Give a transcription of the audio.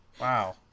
Wow